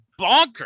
bonkers